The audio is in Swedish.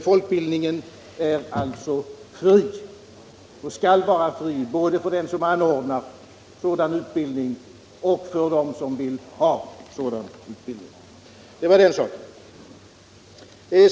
Folkbildningen är och skall vara fri både för den som anordnar sådan utbildning och för den som vill ha sådan utbildning. Det var den saken.